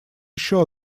еще